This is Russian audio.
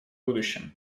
будущем